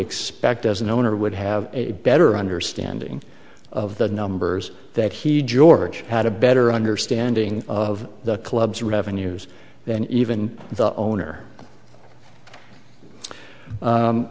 expect as an owner would have a better understanding of the numbers that he george had a better understanding of the club's revenues than even the owner